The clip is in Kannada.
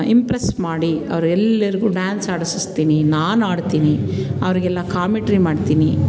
ಇಂಪ್ರೆಸ್ ಮಾಡಿ ಅವರೆಲ್ಲರ್ಗೂ ಡ್ಯಾನ್ಸ್ ಆಡಿಸಿಸ್ತೀನಿ ನಾನು ಆಡ್ತೀನಿ ಅವ್ರಿಗೆಲ್ಲ ಕಾಮೆಟ್ರಿ ಮಾಡ್ತೀನಿ